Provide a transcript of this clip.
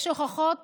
ויש הוכחות